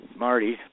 Marty